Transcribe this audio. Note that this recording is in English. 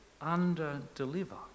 under-deliver